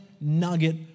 nugget